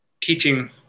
teaching